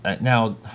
Now